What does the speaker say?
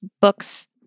books